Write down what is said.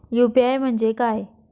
UPI म्हणजे काय?